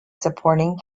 supporting